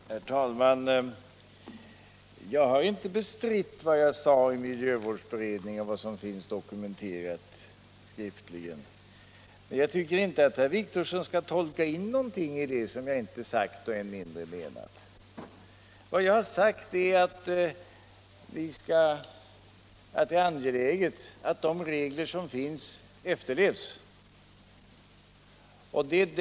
Herr talman! Jag har inte bestritt vad jag sade i miljövårdsberedningen. Det finns skriftligt dokumenterat. Jag tycker inte att herr Wictorsson skall tolka in någonting som jag inte har sagt och än mindre menat. Jag har framhållit att det är angeläget att gällande regler efterlevs. En utredning har tillsatts på kommunikationsdepartementets förslag. Kommunikationsdepartementet handhar frågor om typbesiktning beträffande såväl fordonens säkerhet som kontrollen av avgasreningens effektivitet.